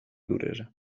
duresa